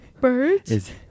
Birds